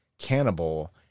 cannibal